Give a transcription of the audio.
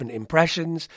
impressions